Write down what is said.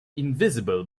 invisible